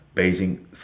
Beijing